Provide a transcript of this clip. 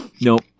Nope